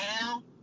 now